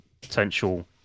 potential